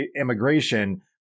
immigration